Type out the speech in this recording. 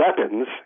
weapons